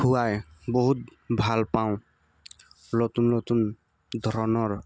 খোৱাই বহুত ভাল পাওঁ নতুন নতুন ধৰণৰ